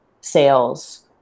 sales